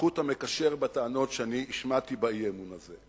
החוט המקשר בטענות שאני השמעתי באי-אמון הזה.